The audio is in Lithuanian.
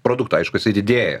produkto aišku jisai didėja